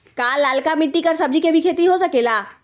का लालका मिट्टी कर सब्जी के भी खेती हो सकेला?